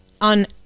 On